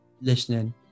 listening